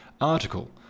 article